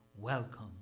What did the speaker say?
welcome